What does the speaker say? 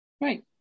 Right